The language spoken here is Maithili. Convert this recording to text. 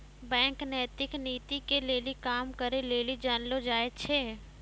बैंक नैतिक नीति के लेली काम करै लेली जानलो जाय छै